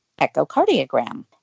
echocardiogram